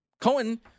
Cohen